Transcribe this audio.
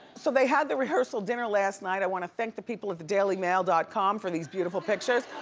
so they had the rehearsal dinner last night. i wanna thank the people of the dailymail dot com for these beautiful pictures.